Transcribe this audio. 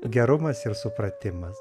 gerumas ir supratimas